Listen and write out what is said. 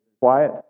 quiet